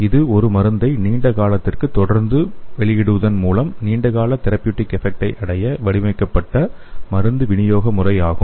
இது ஒரு மருந்தை நீண்ட காலத்திற்கு தொடர்ந்து மருந்துகளை வெளியிடுவதன் மூலம் நீண்டகால தெரப்யூடிக் எஃப்ஃபெக்டை அடைய வடிவமைக்கப்பட்ட மருந்து விநியோக முறை ஆகும்